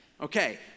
Okay